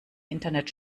internet